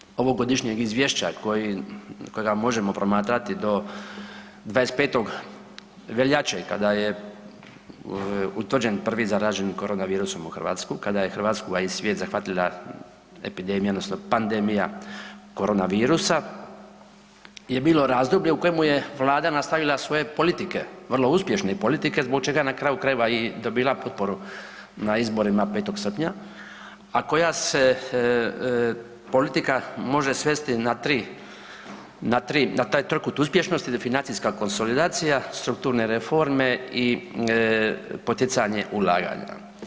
Taj dio ovog godišnjeg izvješća kojega možemo promatrati do 25. veljače kada je utvrđen prvi zaražen korona virusom u Hrvatskoj, kada je Hrvatsku, a i svijet zahvatila epidemija odnosno pandemija korona virusa je bilo razdoblje u kojemu je Vlada nastavila svoje politike vrlo uspješne politike zbog čega na kraju krajeva i dobila potporu na izborima 5. srpnja, a koja se politika može svesti na taj trokut uspješnosti financijska konsolidacija, strukturne reforme i poticanje ulaganja.